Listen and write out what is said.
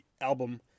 album